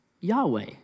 Yahweh